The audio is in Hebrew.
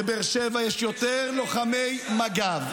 בבאר שבע יש יותר לוחמי מג"ב.